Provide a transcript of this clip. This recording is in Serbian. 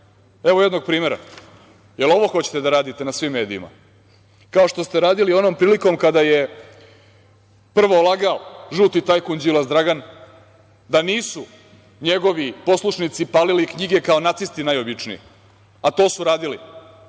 Evo jednog primera. Da li ovo hoćete da radite na svim medijima, kao što ste radili onom prilikom kada je prvo lagao žuti tajkun Đilas Dragan da nisu njegovi poslušnici palili knjige kao nacisti najobičniji, a to su radili